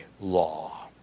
law